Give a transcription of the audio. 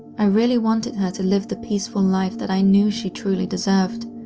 i really wanted her to live the peaceful life that i knew she truly deserved,